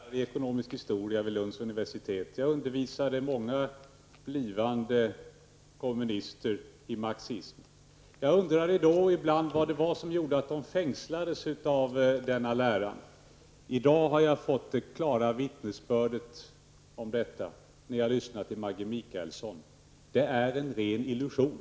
Fru talman! En gång i tiden var jag lärare i ekonomisk historia vid Lunds universitet. Jag undervisade många blivande kommunister i marxism. Jag undrade då ibland vad det var som gjorde att de fängslades av denna lära. I dag fick jag den klara vittnesbörden om detta när jag lyssnade till Maggi Mikaelsson. Det är en ren illusion.